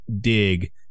dig